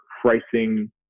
pricing